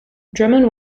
drummond